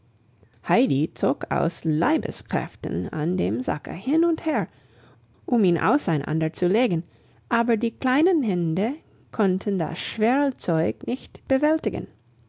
heidi zog aus leibeskräften an dem sacke hin und her um ihn auseinander zu legen aber die kleinen hände konnten das schwere zeug nicht bewältigen